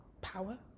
power